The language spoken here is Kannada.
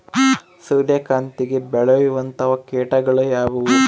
ಸೂರ್ಯಕಾಂತಿಗೆ ಬೇಳುವಂತಹ ಕೇಟಗಳು ಯಾವ್ಯಾವು?